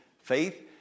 faith